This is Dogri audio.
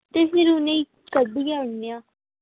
ते फिर उ'नें गी कड्ढी गै ओड़ने आं